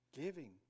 giving